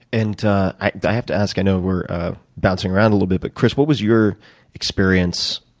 and ah i have to ask, i know we're bouncing around a little bit, but chris, what was your experience